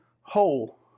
whole